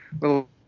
little